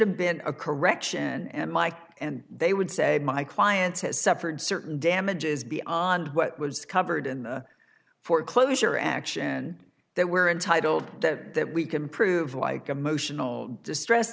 have been a correction and mike and they would say my client has suffered certain damages beyond what was covered in the foreclosure action that we're entitled to that we can prove like emotional distress